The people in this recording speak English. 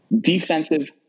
Defensive